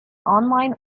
online